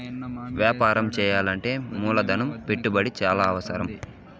వ్యాపారం చేయాలంటే మూలధన పెట్టుబడి చాలా అవసరం